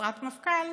חסרת מפכ"ל,